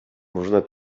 można